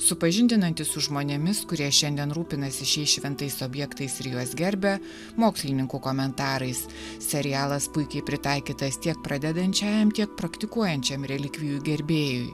supažindinantis su žmonėmis kurie šiandien rūpinasi šiais šventais objektais ir juos gerbia mokslininkų komentarais serialas puikiai pritaikytas tiek pradedančiajam tiek praktikuojančiam relikvijų gerbėjui